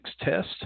test